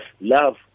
love